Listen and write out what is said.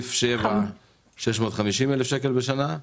ובסעיף 7 650,000 שקל בשנה,